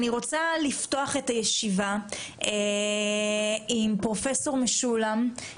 אני רוצה לפתוח את הישיבה עם פרופ' משולם,